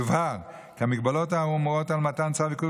יובהר כי ההגבלות האמורות על מתן צו עיכוב